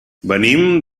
venim